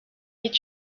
est